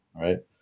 Right